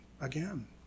again